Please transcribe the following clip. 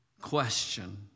question